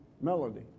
melody